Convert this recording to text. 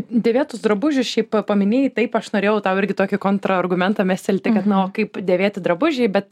dėvėtus drabužius šiaip paminėjai taip aš norėjau tau irgi tokį kontrargumentą mestelti kad na o kaip dėvėti drabužiai bet